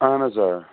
اہَن حظ آ